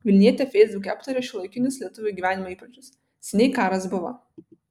vilnietė feisbuke aptarė šiuolaikinius lietuvių gyvenimo įpročius seniai karas buvo